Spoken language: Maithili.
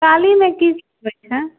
दिवालीमे किसब होइ छै